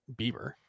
Bieber